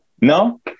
No